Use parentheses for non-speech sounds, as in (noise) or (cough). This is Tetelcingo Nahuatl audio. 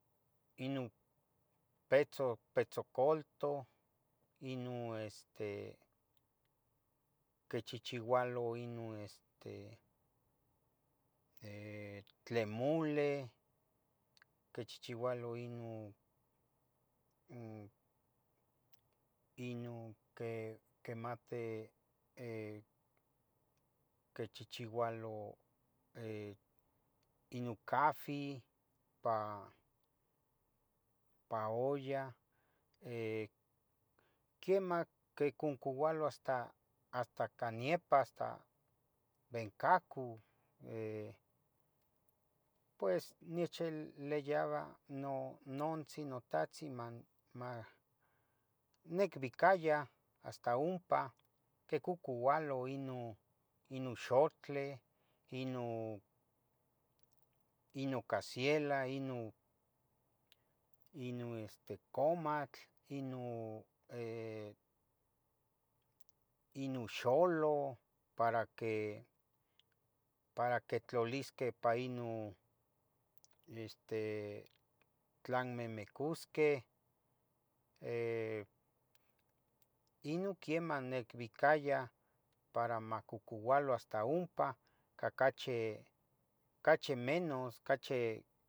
Ino, ino petzo petzo coldo, ino quichichiualo ino este, eh tlen muleh, quichichiualo ino, (hesitation) quemati, (hesitation) (hesitation) quichichiualo, (hesitation) ino cafi, pa olla, (hesitation) quemah quinconcualo hasta hasta ca niepa hasta behcacu eh, pues nechiliyaba no nonontzin notahtzin man mah nicbicaya hasta umpa, quicocualo ino, ino xoutleh, ino, ino casielah, ino, ino este comatl, ino eh, ino xoloh para que para quetlaisqueh ipa ino este tlanmemecusqueh, eh, ino quiema nicbicaya para ma cocoualo hasta umpa ca cachi cachi menos, cachi.